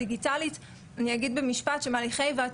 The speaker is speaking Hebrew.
ואלה התחושות שהם חיים איתן כשהם מסתובבים ברשת.